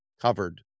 covered